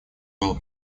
был